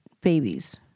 babies